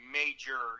major